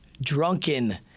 drunken